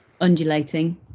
undulating